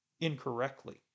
incorrectly